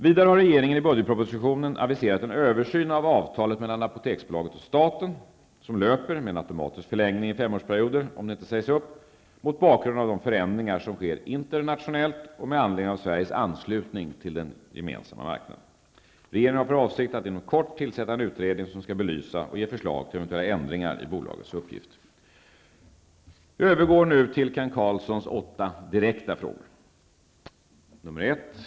Vidare har regeringen i budgetpropositionen aviserat en översyn av avtalet mellan Apoteksbolaget och staten, som löper med en automatisk förlängning i femårsperioder om det inte sägs upp, mot bakgrund av de förändringar som sker internationellt och med anledning av Sveriges anslutning till den gemensamma marknaden. Regeringen har för avsikt att inom kort tillsätta en utredning som skall belysa och ge förslag till eventuella ändringar i bolagets uppgifter. Jag övergår nu till Kent Carlssons direkta frågor. 1.